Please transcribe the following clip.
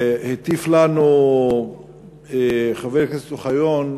שהטיף לנו חבר הכנסת אוחיון,